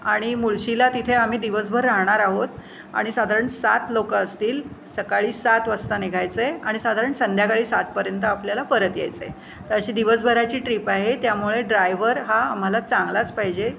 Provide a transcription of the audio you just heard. आणि मुळशीला तिथे आम्ही दिवसभर राहणार आहोत आणि साधारण सात लोक असतील सकाळी सात वाजता निघायचं आहे आणि साधारण संध्याकाळी सातपर्यंत आपल्याला परत यायचं आहे तर अशी दिवसभराची ट्रिप आहे त्यामुळे ड्रायव्हर हा आम्हाला चांगलाच पाहिजे